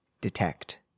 detect